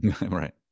right